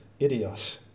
idios